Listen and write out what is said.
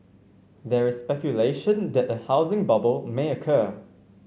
there is speculation that a housing bubble may occur